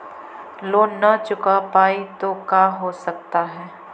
Loan न चुका पाई तो का हो सकता है?